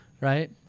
Right